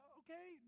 okay